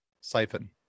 Siphon